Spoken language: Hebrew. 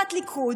כחברת ליכוד,